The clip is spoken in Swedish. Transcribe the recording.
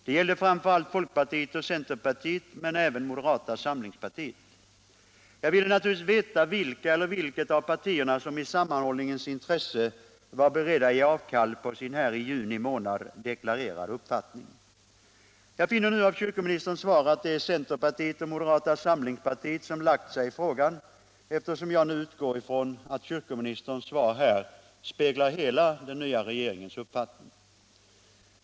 Jag vill naturligtvis veta vilka eller vilket av partierna som i sammanhållningens intresse var beredda att ge avkall på sin här i juni månad deklarerade uppfattning. Jag finner nu av kyrkoministerns svar att det är centerpartiet och moderata samlingspartiet som lagt sig i frågan, eftersom jag utgår ifrån att kyrkoministerns svar här speglar hela den nya regeringens uppfattning.